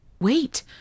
Wait